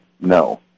no